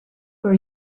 for